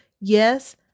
yes